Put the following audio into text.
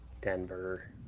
Denver